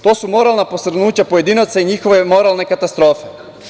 To su moralna posrnuća pojedinaca i njihove moralne katastrofe.